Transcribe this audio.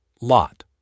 Lot